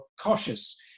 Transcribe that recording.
cautious